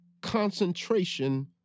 Concentration